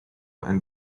and